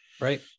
Right